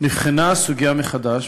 נבחנה הסוגיה מחדש,